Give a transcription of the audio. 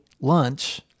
lunch